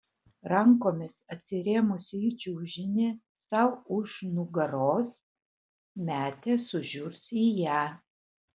rankomis atsirėmusi į čiužinį sau už nugaros metė sužiurs į ją